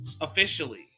Officially